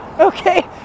okay